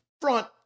front